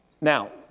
Now